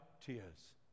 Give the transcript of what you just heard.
tears